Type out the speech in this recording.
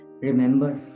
Remember